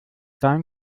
dein